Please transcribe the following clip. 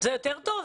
זה יותר טוב?